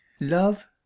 Love